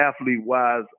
athlete-wise